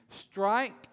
Strike